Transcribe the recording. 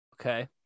Okay